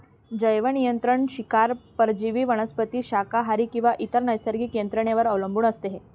जैवनियंत्रण शिकार परजीवी वनस्पती शाकाहारी किंवा इतर नैसर्गिक यंत्रणेवर अवलंबून असते